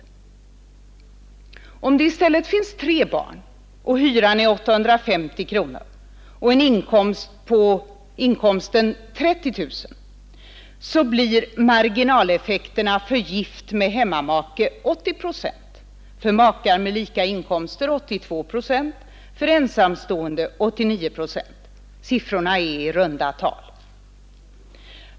Om det i stället finns tre barn, hyran är 850 kronor och inkomsten 30 000, blir marginaleffekterna för gift med hemmamake 80 procent, för makar med lika inkomster 82 procent, för ensamstående 89 procent. — Siffrorna är i runda tal.